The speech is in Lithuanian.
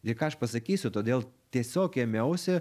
lyg aš pasakysiu todėl tiesiog ėmiausi